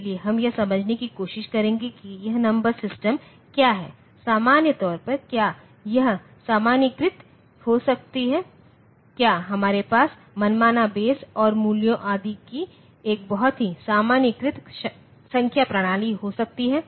इसलिए हम यह समझने की कोशिश करेंगे कि यह नंबर सिस्टम क्या है सामान्य तौर पर क्या हम सामान्यीकृत हो सकते हैं क्या हमारे पास मनमाना बेस और मूल्यों आदि की एक बहुत ही सामान्यीकृत संख्या प्रणाली हो सकती है